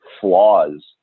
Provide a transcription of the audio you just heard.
flaws